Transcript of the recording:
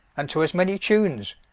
and to as many tunes.